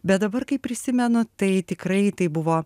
bet dabar kai prisimenu tai tikrai tai buvo